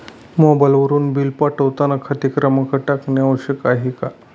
मोबाईलवरून बिल पाठवताना खाते क्रमांक टाकणे आवश्यक आहे का?